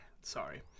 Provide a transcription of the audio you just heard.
Sorry